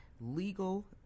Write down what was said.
legal